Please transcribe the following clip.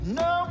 no